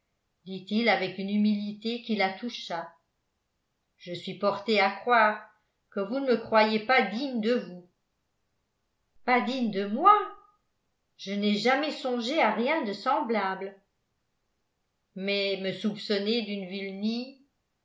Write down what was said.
dit-il avec une humilité qui la toucha je suis porté à croire que vous ne me croyez pas digne de vous pas digne de moi je n'ai jamais songé à rien de semblable mais me soupçonner d'une vilenie